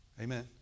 Amen